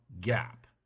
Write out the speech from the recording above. gap